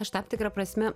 aš tam tikra prasme